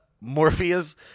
Morpheus